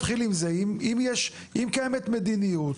מתחיל אם קיימת מדיניות